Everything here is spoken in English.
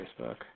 Facebook